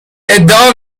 ادعا